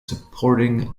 supporting